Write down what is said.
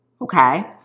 okay